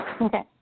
Okay